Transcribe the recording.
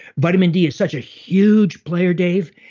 vitamin d is such a huge player, dave,